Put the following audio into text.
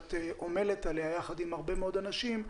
שאת עומלת עליה יחד עם הרבה מאוד אנשים,